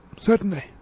Certainly